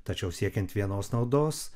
tačiau siekiant vienos naudos